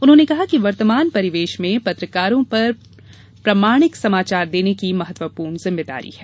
उन्होंने कहा कि वर्तमान परिवेश में पत्रकारों पर प्रमाणिक समाचार देने की महत्वपूर्ण जिम्मेदारी है